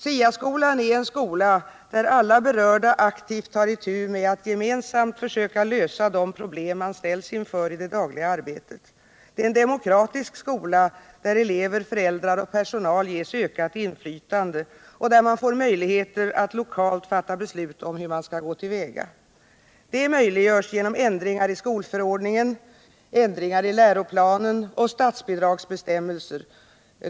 SIA-skolan är en skola, där alla berörda aktivt tar itu med att gemensamt försöka lösa de problem man ställs inför i det dagliga arbetet, en demokratisk skola där elever, föräldrar och personal ges ökat inflytande och där man får möjligheter att lokalt fatta beslut om hur man skall gå till väga. Det möjliggörs genom ändringar i skolförordningen, i läroplanen och i statsbidragsbestämmelser.